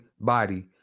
body